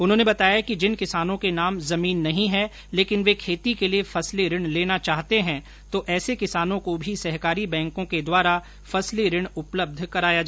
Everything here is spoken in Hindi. उन्होंने बताया कि जिन किसानों के नाम जमीन नहीं है लेकिन वे खेती के लिये फसली ऋण लेना चाहते हैं तो ऐसे किसानों को भी सहकारी बैंकों के द्वारा फसली ऋण उपलब्ध कराया जायेगा